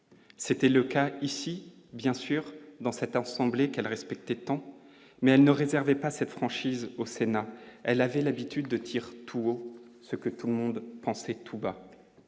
c'était le cas ici, bien sûr, dans cette assemblée qu'elle respectait tant, mais elle ne réservait pas cette franchise au Sénat, elle avait l'habitude de tirs tout haut ce que tout le monde pensait tout bas,